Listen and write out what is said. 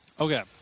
Okay